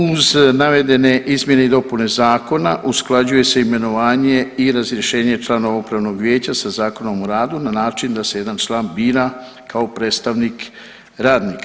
Uz navedene izmjene i dopune zakona usklađuje se imenovanje i razrješenje članova upravnog vijeća sa Zakonom o radu na način da se jedan član bira kao predstavnik radnika.